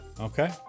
Okay